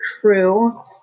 True